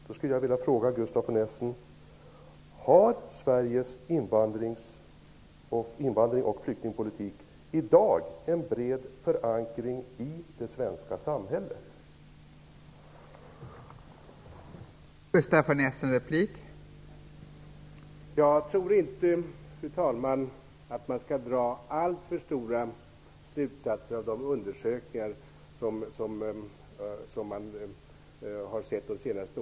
Då vill jag fråga Gustaf von Essen om Sveriges invandrar och flyktingpolitik har en bred förankring i det svenska samhället i dag.